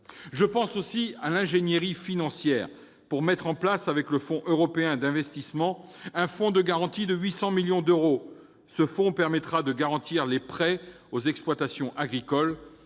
Je pense aussi à l'ingénierie financière pour mettre en place, avec le Fonds européen d'investissement, un fonds de garantie de 800 millions d'euros. Ce fonds permettra de garantir les prêts aux exploitations agricoles,